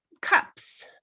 Cups